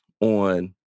on